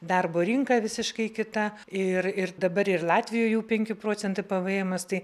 darbo rinka visiškai kita ir ir dabar ir latvijoj jų penki procentai p v emas tai